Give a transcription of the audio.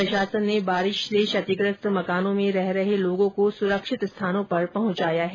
प्रशासन ने बारिश से क्षतिग्रस्त हुए मकानों में रह रहे लोगों को सुरक्षित जगहों पर पहुंचाया है